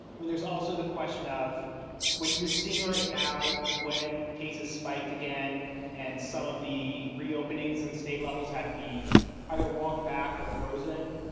i mean, there's also the question of what you're seeing right now when cases spiked again and some of the reopenings and state levels had to be either walked back or frozen,